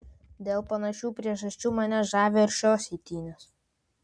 dėl panašių priežasčių mane žavi ir šios eitynės